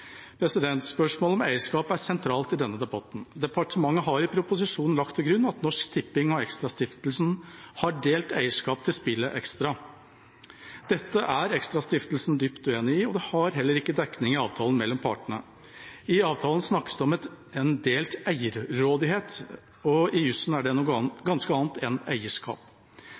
fastsettelse. Spørsmålet om eierskap er sentralt i denne debatten. Departementet har i proposisjonen lagt til grunn at Norsk Tipping og ExtraStiftelsen har delt eierskap til spillet Extra. Dette er ExtraStiftelsen dypt uenig i, og det har heller ikke dekning i avtalen mellom partene. I avtalen snakkes det om en delt eierrådighet, og i jussen er det noe